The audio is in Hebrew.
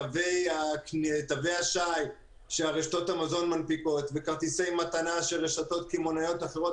תווי השי שרשתות המזון מנפיקות וכרטיסי מתנה שרשתות קמעונאיות אחרות